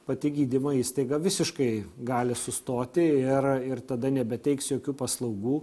pati gydymo įstaiga visiškai gali sustoti ir ir tada nebeteiks jokių paslaugų